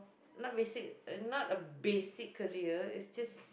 not basic not a basic career it's just